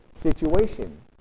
situation